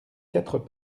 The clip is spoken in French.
quatre